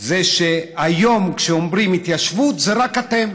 זה שכשהיום אומרים התיישבות, זה רק אתם.